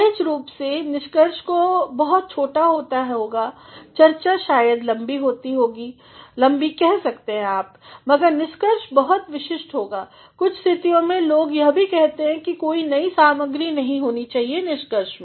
सहज रूप से निष्कर्ष को बहुत छोटा होता होगा चर्चा शायद लम्बी हो सकती है मगर निष्कर्ष बहुत विशिष्ट होगा कुछ स्थितियों में लोग यह भी कहते हैं कि कोई नई सामग्री नहीं होनी चाहिए निष्कर्ष में